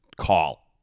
Call